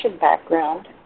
background